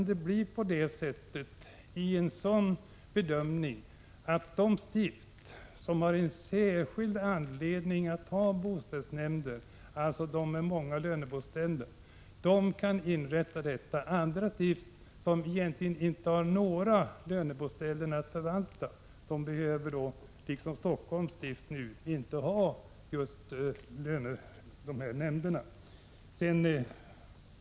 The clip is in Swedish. De stift som har särskild anledning att ha boställsnämnder, dvs. stift med många löneboställen, kan då inrätta sådana. Andra stift, som egentligen inte har några löneboställen att förvalta, som Stockholms stift, behöver inte dessa nämnder.